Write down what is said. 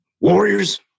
Warriors